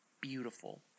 beautiful